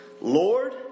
Lord